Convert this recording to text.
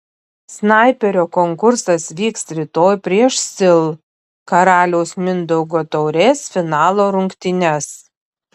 snaiperio konkursas vyks rytoj prieš sil karaliaus mindaugo taurės finalo rungtynes